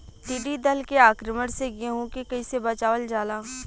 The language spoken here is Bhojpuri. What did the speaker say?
टिडी दल के आक्रमण से गेहूँ के कइसे बचावल जाला?